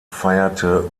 feierte